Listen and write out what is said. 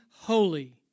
holy